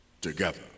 together